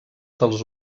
dels